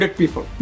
people